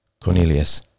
Cornelius